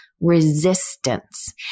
resistance